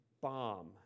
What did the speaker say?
bomb